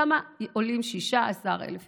כמה עולים 16,000 יהודים?